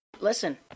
listen